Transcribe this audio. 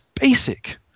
basic